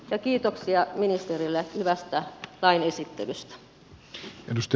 kiitoksia ministerille hyvästä lain esittelystä